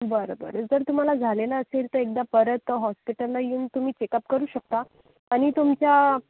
बरं बरं जर तुम्हाला झालेला असेल तर एकदा परत हॉस्पिटला येऊन तुम्ही चेकअप करू शकता आणि तुमच्या